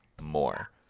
more